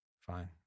Fine